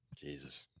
Jesus